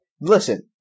Listen